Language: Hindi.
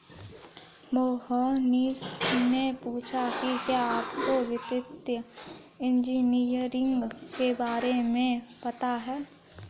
मोहनीश ने पूछा कि क्या आपको वित्तीय इंजीनियरिंग के बारे में पता है?